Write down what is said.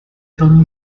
tom